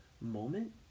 moment